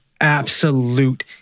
absolute